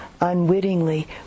unwittingly